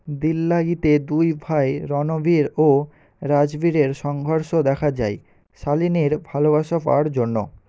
দিল লাগি তে দুই ভাই রণবীর ও রাজবীরের সংঘর্ষ দেখা যায় শালিনীর ভালোবাসা পাওয়ার জন্য